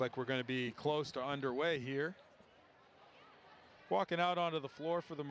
like we're going to be close to underway here walking out on to the floor for the